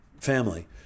family